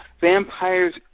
Vampires